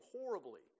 horribly